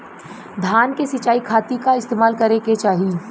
धान के सिंचाई खाती का इस्तेमाल करे के चाही?